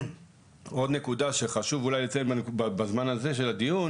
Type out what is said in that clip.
עוד נקודה שחשוב אולי לציין בזמן הזה של הדיון,